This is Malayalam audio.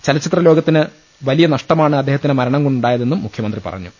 ചല ച്ചിത്ര ലോകത്തിന് വലിയ നഷ്ടമാണ് അദ്ദേഹത്തിന്റെ മരണം കൊണ്ടുണ്ടായതെന്നും മുഖ്യമന്ത്രി പറഞ്ഞു